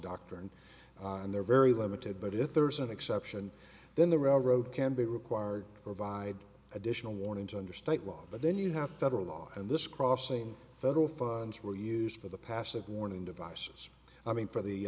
doctrine and they're very limited but if there is an exception then the railroad can be required provide additional warnings under state law but then you have federal law and this crossing federal funds were used for the passive warning devices i mean for the